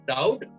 Doubt